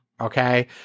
Okay